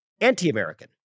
anti-American